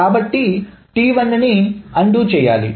కాబట్టి T1 ని undo చేయాలి